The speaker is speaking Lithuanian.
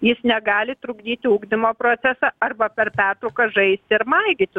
jis negali trukdyti ugdymo procesą arba per pertraukas žaisti ir maigyti